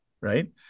right